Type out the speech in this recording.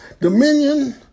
Dominion